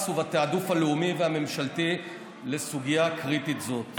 ובתיעדוף הלאומי והממשלתי לסוגיה קריטית זו.